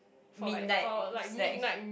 midnight snack